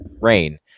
rain